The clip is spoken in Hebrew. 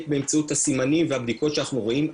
באמצעות הסימנים והבדיקות שאנחנו רואים,